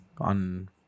On